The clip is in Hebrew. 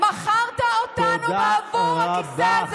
מכרת אותנו בעבור הכיסא הזה.